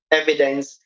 evidence